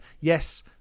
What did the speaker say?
yes